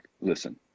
listen